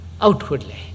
outwardly